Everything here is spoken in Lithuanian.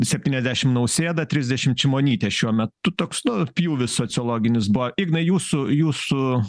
septyniasdešim nausėda trisdešim šimonytė šiuo metu toks pjūvis sociologinis buvo ignai jūsų jūsų